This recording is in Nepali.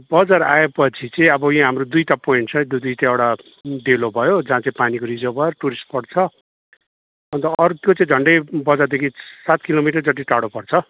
बजार आएपछि चाहिँ अब यहाँ हाम्रो दुईवटा पोइन्ट छ त्यो दुईवटा एउटा डेलो भयो जहाँ चाहिँ पानीको रिजर्भ भयो टुरिस्ट स्पट छ अर्को चाहिँ झन्डै बजारदेखि सात किलोमीटर जति टाढो पर्छ